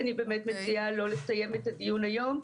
אני באמת מציעה לא לסיים את הדיון היום.